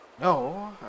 no